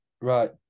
right